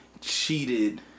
cheated